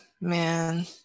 man